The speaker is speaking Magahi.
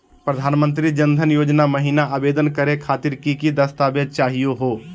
प्रधानमंत्री जन धन योजना महिना आवेदन करे खातीर कि कि दस्तावेज चाहीयो हो?